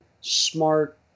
smart